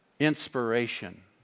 inspiration